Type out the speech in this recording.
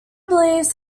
believes